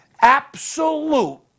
Absolute